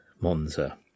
Monza